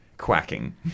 Quacking